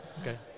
Okay